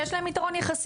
כי יש להם יתרון יחסי,